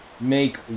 make